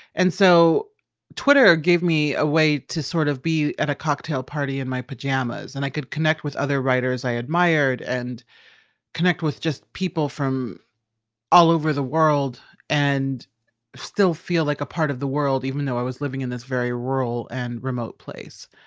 and so twitter gave me a way to sort of be at a cocktail party in my pajamas. and i could connect with other writers i admired and connect with just people from all over the world and still feel like a part of the world even though i was living in this very rural and remote place.